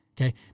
Okay